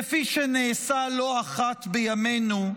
כפי שנעשה לא אחת בימינו,